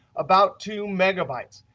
about two megabytes.